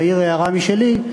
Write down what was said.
ואעיר הערה משלי,